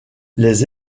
les